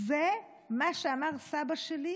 זה מה שאמר סבא שלי